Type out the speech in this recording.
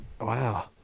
Wow